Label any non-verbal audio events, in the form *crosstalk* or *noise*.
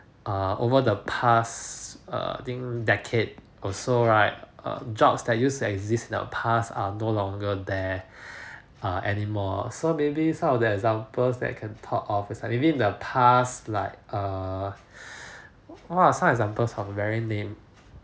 err over the past err I think decade also right err jobs that used to exist in the past are no longer there *breath* err anymore so maybe some of that examples that can talk of it's like maybe in the past like err *breath* one of some examples of very man~